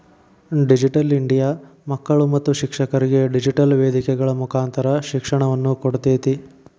digital India ಮಕ್ಕಳು ಮತ್ತು ಶಿಕ್ಷಕರಿಗೆ ಡಿಜಿಟೆಲ್ ವೇದಿಕೆಗಳ ಮುಕಾಂತರ ಶಿಕ್ಷಣವನ್ನ ಕೊಡ್ತೇತಿ